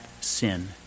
sin